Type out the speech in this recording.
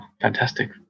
fantastic